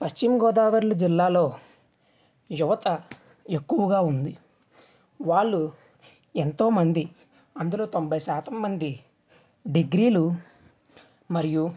పశ్చిమ గోదావరిలు జిల్లాలో యువత ఎక్కువగా ఉంది వాళ్ళు ఎంతోమంది అందులో తొంభై శాతం మంది డిగ్రీలు మరియు